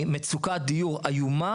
מצפה,